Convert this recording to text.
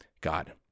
God